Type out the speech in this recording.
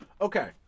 Okay